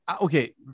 okay